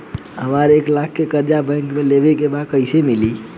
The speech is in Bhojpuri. हमरा एक लाख के कर्जा बैंक से लेवे के बा त कईसे मिली?